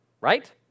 right